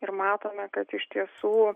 ir matome kad iš tiesų